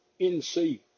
NC